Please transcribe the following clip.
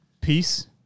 Peace